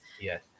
Yes